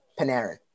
Panarin